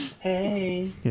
Hey